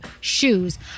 shoes